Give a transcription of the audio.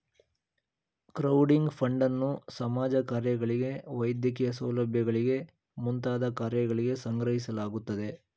crowding ಫಂಡನ್ನು ಸಮಾಜ ಕಾರ್ಯಗಳಿಗೆ ವೈದ್ಯಕೀಯ ಸೌಲಭ್ಯಗಳಿಗೆ ಮುಂತಾದ ಕಾರ್ಯಗಳಿಗೆ ಸಂಗ್ರಹಿಸಲಾಗುತ್ತದೆ